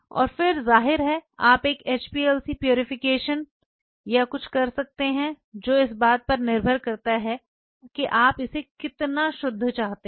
और फिर ज़ाहिर है आप एक HPLC प्यूरीफिकेशन या कुछ कर सकते हैं जो इस बात पर निर्भर करता है कि आप इसे कितना शुद्ध चाहते हैं